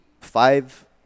five